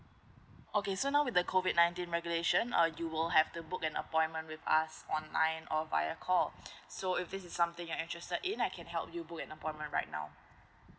okay so now with the COVID nineteen regulation uh you will have the book an appointment with us online or via call so if this is something you're interesting in I can help you book an appointment right now